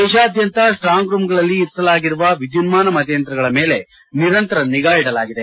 ದೇಶಾದ್ಯಂತ ಸ್ಟಾಂಗ್ ರೂಂಗಳಲ್ಲಿ ಇರಿಸಲಾಗಿರುವ ವಿದ್ಯುನ್ಮಾನ ಮತಯಂತ್ರಗಳ ಮೇಲೆ ನಿರಂತರ ನಿಗಾ ಇಡಲಾಗಿದೆ